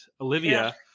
Olivia